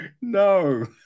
No